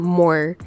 more